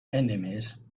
enemies